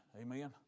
Amen